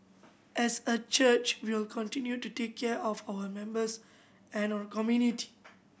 as a church we will continue to take care of our members and our community